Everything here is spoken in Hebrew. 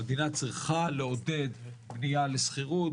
המדינה צריכה לעודד בנייה לשכירות,